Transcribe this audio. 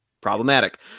Problematic